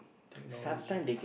technology